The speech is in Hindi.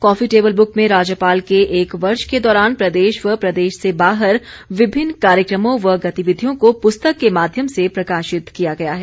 कॉफी टेबल बूक में राज्यपाल के एक वर्ष के दौरान प्रदेश व प्रदेश से बाहर विभिन्न कार्यक्रमों व गतिविधियों को पूस्तक के माध्यम से प्रकाशित किया गया है